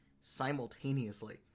simultaneously